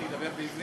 כבוד מבקר